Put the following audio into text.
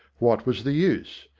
what was the use?